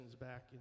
back